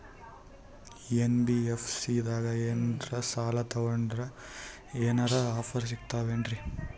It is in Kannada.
ಎನ್.ಬಿ.ಎಫ್.ಸಿ ದಾಗ ಏನ್ರ ಸಾಲ ತೊಗೊಂಡ್ನಂದರ ಏನರ ಆಫರ್ ಸಿಗ್ತಾವೇನ್ರಿ?